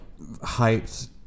hyped